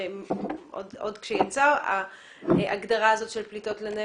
שעוד כשיצאה ההגדרה הזאת של פליטות לנפש,